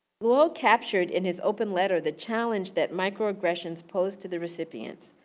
luo captured, in his open letter, the challenge that micro-aggressions pose to the recipients.